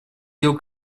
дел